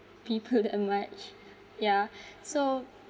people that much yeah so